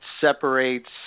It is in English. separates